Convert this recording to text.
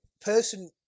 person